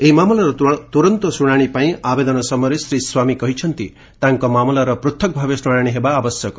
ଏହି ମାମଲାର ତୁରନ୍ତ ଶୁଣାଣି ପାଇଁ ଆବେଦନ ସମୟରେ ଶ୍ରୀ ସ୍ୱାମୀ କହିଛନ୍ତି ତାଙ୍କ ମାମଲାର ପୃଥକ୍ ଭାବେ ଶୁଣାଣି ହେବା ଆବଶ୍ୟକ